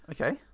Okay